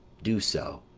do so,